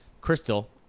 Crystal